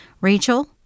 Rachel